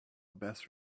best